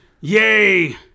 Yay